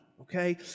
okay